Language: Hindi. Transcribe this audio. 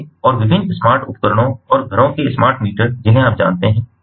इसलिए और विभिन्न स्मार्ट उपकरणों और घरों के स्मार्ट मीटर जिन्हें आप जानते हैं